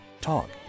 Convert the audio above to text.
Talk